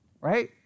right